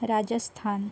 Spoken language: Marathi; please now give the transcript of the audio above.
राजस्थान